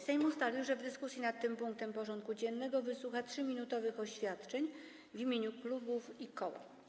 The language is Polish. Sejm ustalił, że w dyskusji nad tym punktem porządku dziennego wysłucha 3-minutowych oświadczeń w imieniu klubów i koła.